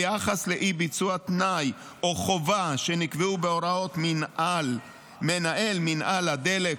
ביחס לאי-ביצוע תנאי או חובה שנקבעו בהוראות מנהל מינהל הדלק,